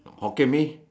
Hokkien Mee